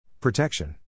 Protection